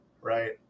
right